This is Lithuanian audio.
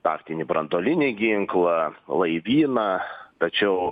taktinį branduolinį ginklą laivyną tačiau